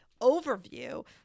overview